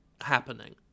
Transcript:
happening